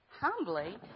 Humbly